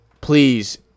please